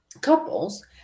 couples